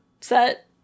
set